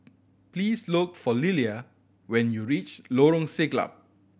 please look for Lillia when you reach Lorong Siglap